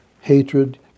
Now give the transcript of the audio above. hatred